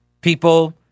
People